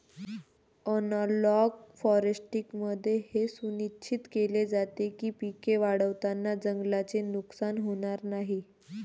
analogue फॉरेस्ट्रीमध्ये हे सुनिश्चित केले जाते की पिके वाढवताना जंगलाचे नुकसान होणार नाही